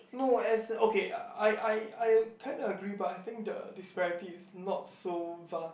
no as okay I I I kind of agree but I think the disparity is not so vast